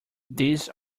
these